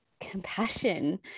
compassion